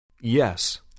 Yes